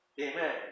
Amen